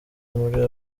muri